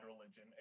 Religion